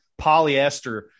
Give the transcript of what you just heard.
polyester